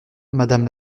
madame